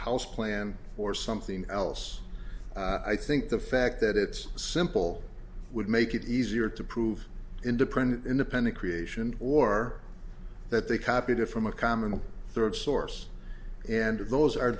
house plan or something else i think the fact that it's simple would make it easier to prove independent independent creation or that they copied it from a common a third source and those are